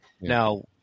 Now